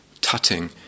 tutting